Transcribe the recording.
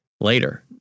later